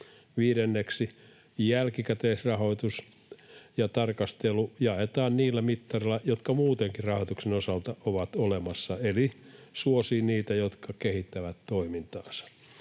viidenneksi jälkikäteisrahoitus ja tarkastelu jaetaan niillä mittareilla, jotka muutenkin rahoituksen osalta ovat olemassa eli jotka suosivat niitä, jotka kehittävät toimintaansa,